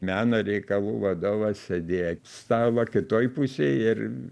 meno reikalų vadovas sėdėjo stalo kitoj pusėj ir